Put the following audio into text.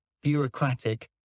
bureaucratic